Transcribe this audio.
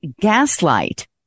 gaslight